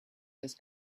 this